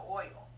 oil